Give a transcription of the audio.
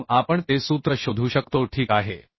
कलम आपण ते सूत्र शोधू शकतो ठीक आहे